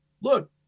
look